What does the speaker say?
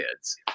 kids